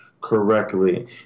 correctly